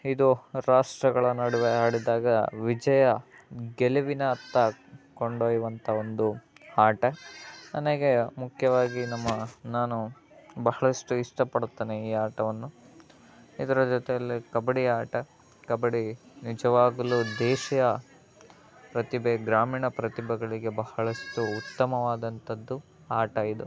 ಇದು ರಾಷ್ಟ್ರಗಳ ನಡುವೆ ಆಡಿದಾಗ ವಿಜಯ ಗೆಲುವಿನತ್ತ ಕೊಂಡೊಯ್ಯುವಂಥಾ ಒಂದು ಆಟ ನನಗೆ ಮುಖ್ಯವಾಗಿ ನಮ್ಮ ನಾನು ಭಾಳಷ್ಟು ಇಷ್ಟಪಡುತ್ತೇನೆ ಈ ಆಟವನ್ನು ಇದರ ಜೊತೆಯಲ್ಲೇ ಕಬಡ್ಡಿ ಆಟ ಕಬಡ್ಡಿ ನಿಜವಾಗಲೂ ದೇಶಿಯ ಪ್ರತಿಭೆ ಗ್ರಾಮೀಣ ಪ್ರತಿಭೆಗಳಿಗೆ ಬಹಳಷ್ಟು ಉತ್ತಮವಾದಂಥದ್ದು ಆಟ ಇದು